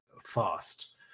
fast